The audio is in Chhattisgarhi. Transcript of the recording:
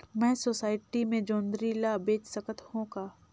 मैं सोसायटी मे जोंदरी ला बेच सकत हो का?